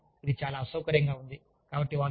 నా ఉద్దేశ్యం ఇది చాలా అసౌకర్యంగా ఉంది